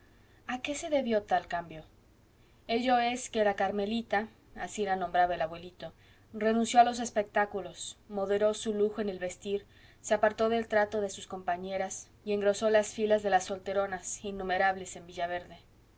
a qué se debió tal cambio ello es que la carmelita así la nombraba el abuelito renunció a los espectáculos moderó su lujo en el vestir se apartó del trato de sus compañeras y engrosó las filas de las solteronas innumerables en villaverde pero